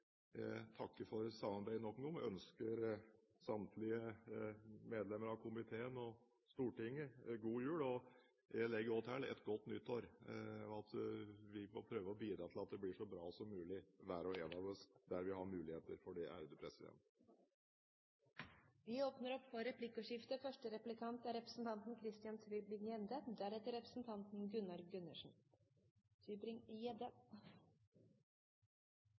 Jeg takker nok en gang for samarbeidet og ønsker samtlige medlemmer av komiteen, og Stortinget, god jul – jeg legger også til et godt nytt år og at hver og en av oss prøver å bidra til at det blir så bra som mulig, der vi har muligheter for det. Det blir replikkordskifte. Jeg ønsker å løfte dette opp på et mer ideologisk nivå. Norge er